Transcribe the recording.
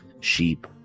sheep